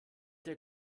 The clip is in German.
der